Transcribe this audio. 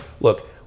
look